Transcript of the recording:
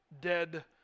dead